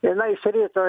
jinai iš ryto